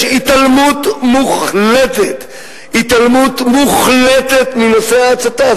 יש התעלמות מוחלטת מנושא ההצתה.